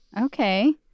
Okay